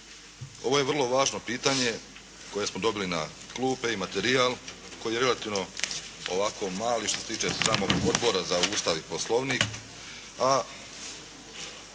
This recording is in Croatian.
Ovo je vrlo važno pitanje koje smo dobili na klupe i materijal koji je relativno ovako mali što se tiče samog Odbora za Ustav i Poslovnik, a